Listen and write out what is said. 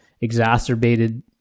exacerbated